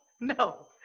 No